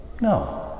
No